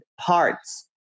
parts